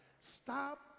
Stop